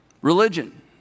Religion